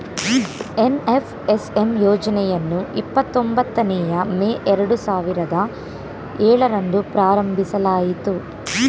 NFSM ಯೋಜನೆಯನ್ನು ಇಪ್ಪತೊಂಬತ್ತನೇಯ May ಎರಡು ಸಾವಿರದ ಏಳರಂದು ಪ್ರಾರಂಭಿಸಲಾಯಿತು